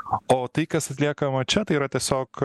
o tai kas atliekama čia tai yra tiesiog